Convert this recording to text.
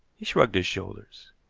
he shrugged his shoulders.